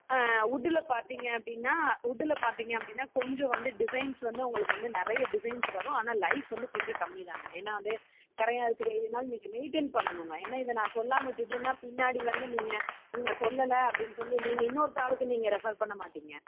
உட்டில் பார்த்தீங்க அப்படின்னா உட்டில் பார்த்தீங்க அப்படின்னா கொஞ்சம் வந்து டிசைன்ஸ் வந்து உங்களுக்கு வந்து நிறைய டிசைன்ஸ் வரும் ஆனால் லைஃப் வந்து கொஞ்சம் கம்மிதாங்க ஏன்னா வந்து கரையான் இருக்கிற ஏரியானால நீங்கள் மெயின்டெயின் பண்ணனுங்க ஏன்னா இதை நான் சொல்லாம விட்டுவிட்டனா பின்னாடி வந்து நீங்கள் நீங்கள் சொல்லலை அப்படின்னு சொல்லி நீங்கள் இன்னோருத்தாளுக்கு நீங்கள் ரெஃபர் பண்ணமாட்டீங்க